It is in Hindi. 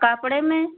कपड़े में